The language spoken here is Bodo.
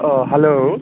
अ हेल्ल'